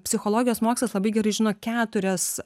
psichologijos mokslas labai gerai žino keturias